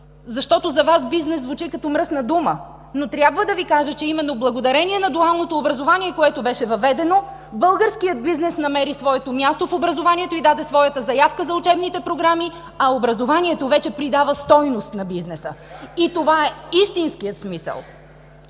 защото за Вас бизнес звучи като мръсна дума. Но трябва да Ви кажа, че именно благодарение на дуалното образование, което беше въведено, българският бизнес намери своето място в образованието и даде своята заявка за участие в учебните програми, а образованието вече придава стойност на бизнеса. (Реплика на